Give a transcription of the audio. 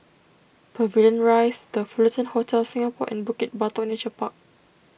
Pavilion Rise the Fullerton Hotel Singapore and Bukit Batok Nature Park